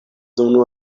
unu